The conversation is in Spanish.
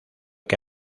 que